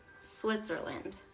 Switzerland